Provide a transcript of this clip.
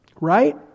right